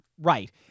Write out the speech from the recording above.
Right